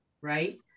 Right